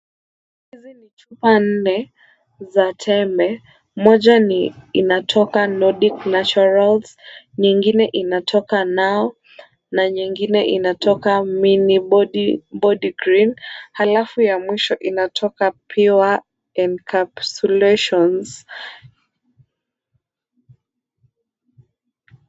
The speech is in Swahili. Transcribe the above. Hizi ni chupa nne za tembe moja ni inatoka Nodic naturals, nyingine inatoka Nao na nyingine inatoka Mini Body cream halafu ya mwisho inatoka Pure and Capsulations.